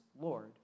Lord